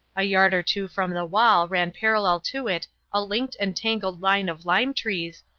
a yard or two from the wall ran parallel to it a linked and tangled line of lime-trees,